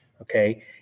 Okay